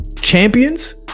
Champions